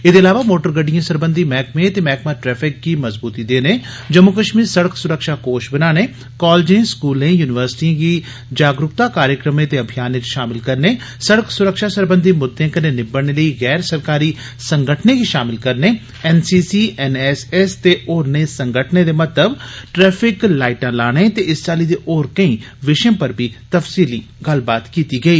एदे अलावा मोटर गड्डिएं सरबंधी मैहकमे ते मैहकमा ट्रैफिक गी मजबूती देने जम्मू कश्मीर सड़क सुरक्षा कोष बनाने स्कूलें कालजें युनिवर्सिटिएं गी जागरुकता कार्यक्रम अभियानें च शामल करने सड़क सुरक्षा सरबंधी मुद्दे कन्नै निबड़ने लेई गैर सरकारी संगठने गी शामल करने N C C N S S ते होरनें संगठनें दे महत्व ट्रैफिक लाइटां लाने ते इस चाल्ली दे होर विषयें पर बी तफसीली गल्लबात कीती गेई